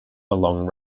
along